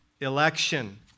Election